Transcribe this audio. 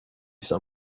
some